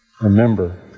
Remember